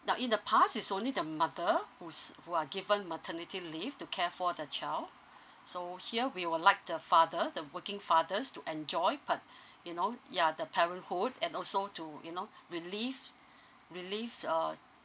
nah in a past it's only the mother whose who are given maternity leave to care for the child so here we'd like the father the working fathers to enjoy pa~ you know ya the parenthood and also to you know relieve relieve uh